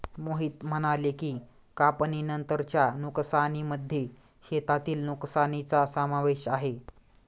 मोहित म्हणाले की, कापणीनंतरच्या नुकसानीमध्ये शेतातील नुकसानीचा समावेश आहे